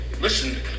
Listen